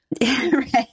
Right